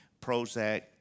Prozac